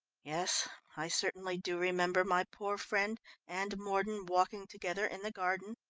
yes, i certainly do remember my poor friend and mordon walking together in the garden.